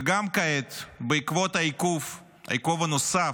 וגם כעת, בעקבות העיכוב, העיכוב הנוסף,